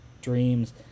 dreams